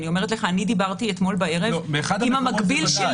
אני דיברתי אתמול בערב עם המקביל שלי